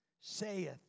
saith